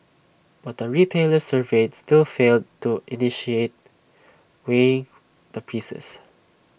but the retailers surveyed still failed to initiate weighing the pieces